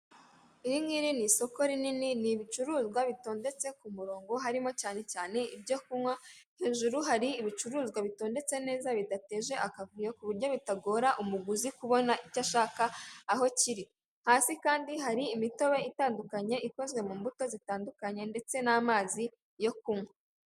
Iringiri ni isoko rinini ni ibicuruzwa bitondetse ku murongo harimo cyane cyane ibyo kunywa hejuru hari ibicuruzwa bitondetse neza bidateje akavuyo ku buryo bitagora umuguzi kubona ibyo ashaka aho kiri hasi kandi hari imitobe itandukanye ikozwe mu mbuto zitandukanye ndetse n'amazi yo kunywa .